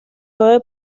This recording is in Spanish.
nueve